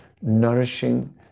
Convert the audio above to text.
nourishing